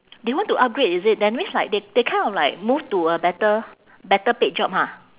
they want to upgrade is it that means like th~ they kind of like move to a better better paid job ha